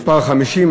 מספר 50,